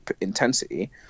intensity